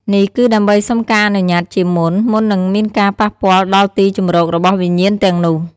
នេះគឺដើម្បីសុំការអនុញ្ញាតជាមុន មុននឹងមានការប៉ះពាល់ដល់ទីជម្រករបស់វិញ្ញាណទាំងនោះ។